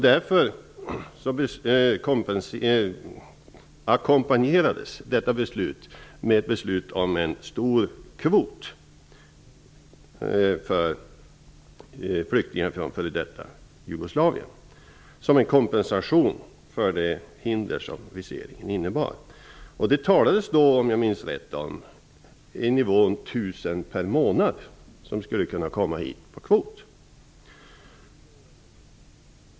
Därför ackompajnerades detta beslut med ett beslut om en stor kvot för flyktingar från f.d. Jugoslavien, som en kompensation för de hinder som viseringen innebar. Om jag minns rätt talades det då om att 1000 flyktingar per månad skulle kunna komma hit på kvot.